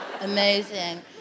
Amazing